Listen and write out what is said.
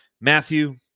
Matthew